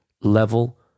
level